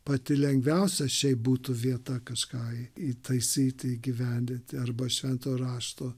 pati lengviausia šiaip būtų vieta kažką įtaisyti įgyvendinti arba švento rašto